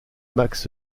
max